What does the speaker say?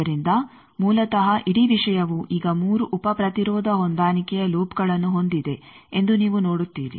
ಆದ್ದರಿಂದ ಮೂಲತಃ ಇಡೀ ವಿಷಯಾವು ಈಗ ಮೂರು ಉಪ ಪ್ರತಿರೋಧ ಹೊಂದಾಣಿಕೆಯ ಲೂಪ್ಗಳನ್ನು ಹೊಂದಿದೆ ಎಂದು ನೀವು ನೋಡುತ್ತೀರಿ